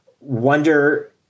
wonder